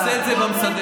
נעשה את זה במסדרת.